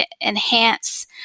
enhance